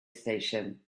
station